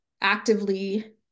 actively